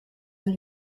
hun